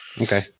Okay